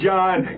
John